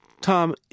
Tom